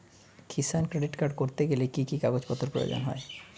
কিষান credit card করতে গেলে কি কি কাগজ প্রয়োজন হয়?